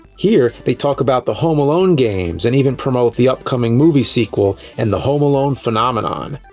here, they talk about the home alone games, and even promote the upcoming movie sequel and the home alone phenomenon.